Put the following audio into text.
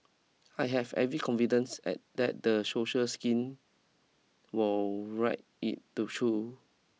I have every confidence at that the social skin will ride it through